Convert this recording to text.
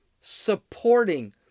supporting